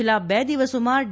છેલ્લા બે દિવસોમાં ડી